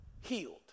healed